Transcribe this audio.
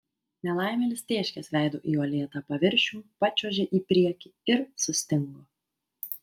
nelaimėlis tėškės veidu į uolėtą paviršių pačiuožė į priekį ir sustingo